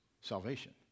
salvation